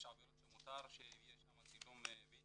יש עבירות שמותר שיהיה שם צילום וידאו